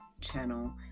channel